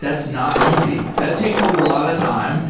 that's not easy. that takes a lot of time,